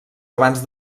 abans